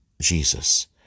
Jesus